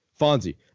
Fonzie